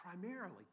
primarily